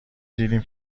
دیدیم